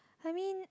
I mean